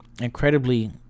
incredibly